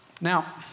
Now